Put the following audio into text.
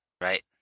Right